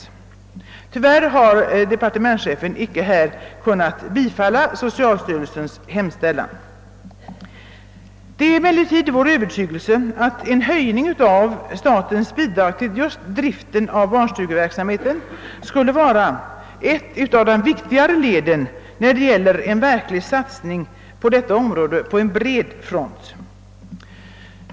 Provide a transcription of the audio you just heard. Tyvärr har departementschefen inte kunnat tillstyrka socialstyrelsens begäran. Det är emellertid vår övertygelse att en höjning av statens bidrag till just driften av barnstugeverksamheten hör till det viktigaste vid en verklig satsning på bred front på detta område.